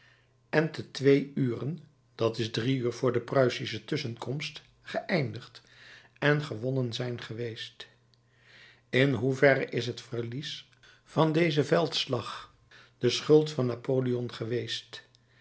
en te twee uren dat is drie uur vr de pruisische tusschenkomst geëindigd en gewonnen zijn geweest in hoeverre is het verlies van dezen veldslag de schuld van napoleon geweest